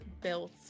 built